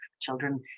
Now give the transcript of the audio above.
children